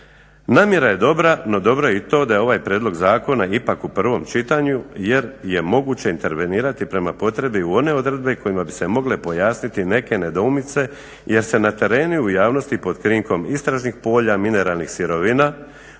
Namjera je dobra, no dobro je i to da je ovaj prijedlog zakona ipak u prvom čitanju jer je moguće intervenirati prema potrebi u one odredbe kojima bi se mogle pojasniti neke nedoumice jer se na terenu i u javnosti pod krinkom istražnih polja mineralnih sirovina